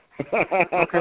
Okay